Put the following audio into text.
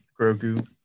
Grogu